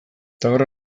taberna